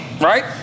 right